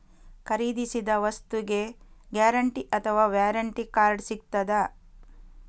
ಖರೀದಿಸಿದ ವಸ್ತುಗೆ ಗ್ಯಾರಂಟಿ ಅಥವಾ ವ್ಯಾರಂಟಿ ಕಾರ್ಡ್ ಸಿಕ್ತಾದ?